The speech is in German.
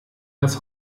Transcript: das